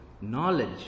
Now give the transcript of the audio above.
knowledge